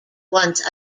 once